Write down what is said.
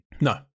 No